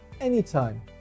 Anytime